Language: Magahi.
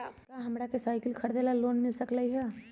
का हमरा के साईकिल खरीदे ला लोन मिल सकलई ह?